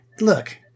Look